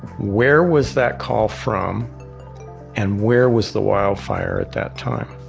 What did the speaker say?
where was that call from and where was the wildfire at that time.